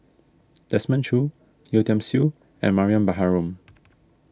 Desmond Choo Yeo Tiam Siew and Mariam Baharom